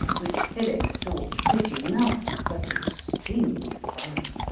which philip thought pretty enough, but extremely foreign.